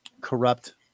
corrupt